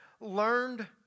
learned